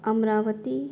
Amravati